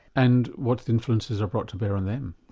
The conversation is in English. and what influence is there brought to bear on them?